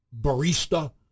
barista